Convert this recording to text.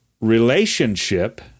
relationship